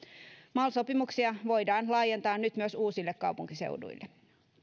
mal sopimuksia voidaan laajentaa nyt myös uusille kaupunkiseuduille